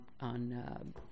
on